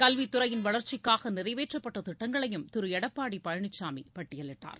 கல்வித்துறையின் வளர்ச்சிக்காக நிறைவேற்றப்பட்ட திட்டங்களையும் திரு எடப்பாடி பழனிசாமி பட்டியலிட்டார்